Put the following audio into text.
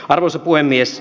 arvoisa puhemies